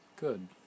good